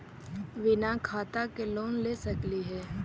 बिना खाता के लोन ले सकली हे?